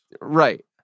Right